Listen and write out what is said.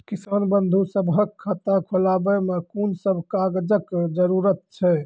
किसान बंधु सभहक खाता खोलाबै मे कून सभ कागजक जरूरत छै?